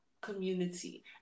community